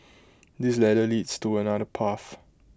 this ladder leads to another path